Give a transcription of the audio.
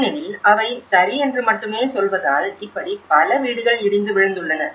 ஏனெனில் அவை சரி என்று மட்டுமே சொல்வதால் இப்படி பல வீடுகள் இடிந்து விழுந்துள்ளன